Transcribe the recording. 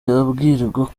abwirwa